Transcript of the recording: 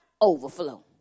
overflow